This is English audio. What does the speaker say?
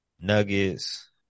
Nuggets